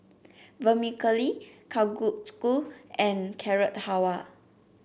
Vermicelli Kalguksu and Carrot Halwa